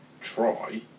try